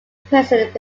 present